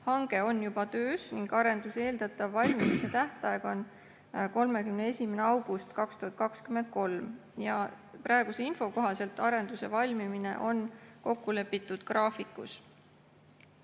hange on juba töös ning arenduste eeldatav valmimise tähtaeg on 31. august 2023. Praeguse info kohaselt on arenduste valmimine kokkulepitud graafikus.